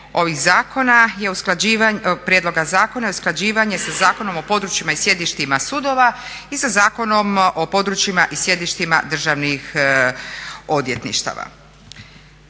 prijedloga zakona je usklađivanje sa Zakonom o područjima i sjedištima sudova i sa Zakonom o područjima i sjedištima državnih odvjetništava.